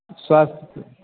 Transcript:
स्वास्थ्य